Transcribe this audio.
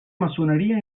maçoneria